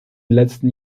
letzten